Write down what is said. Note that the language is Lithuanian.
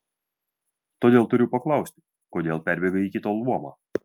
todėl turiu paklausti kodėl perbėgai į kitą luomą